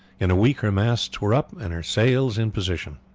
in a week her masts were up and her sails in position.